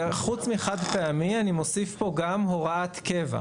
חוץ מחד פעמי אני מוסיף פה גם הוראת קבע.